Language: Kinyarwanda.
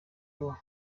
abo